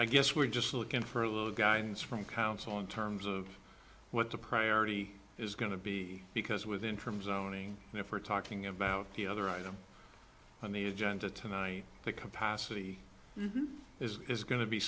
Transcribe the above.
i guess we're just looking for a little guidance from council in terms of what the priority is going to be because with interim zoning if we're talking about the other item on the agenda tonight the capacity is going to be